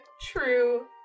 true